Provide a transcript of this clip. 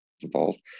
involved